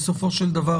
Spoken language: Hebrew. בסופו של דבר,